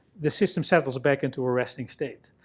the system settles back into a resting state.